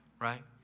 right